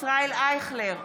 ישראל אייכלר,